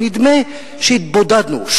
ונדמה שהתבודדנו,